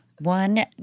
one